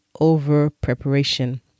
over-preparation